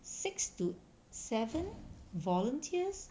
six to seven volunteers